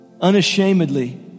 Unashamedly